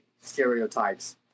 stereotypes